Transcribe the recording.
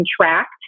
contract